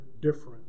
different